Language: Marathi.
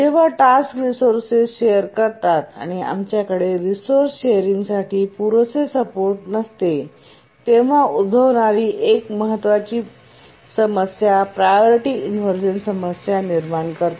जेव्हा टास्क रिसोर्सेस शेअर करतात आणि आमच्याकडे रिसोर्स शेअरिंगसाठी पुरेसे सपोर्ट नसते तेव्हा उद्भवणारी एक महत्त्वाची समस्या प्रायोरिटी इनव्हर्जन समस्या निर्माण करते